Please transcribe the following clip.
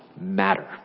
matter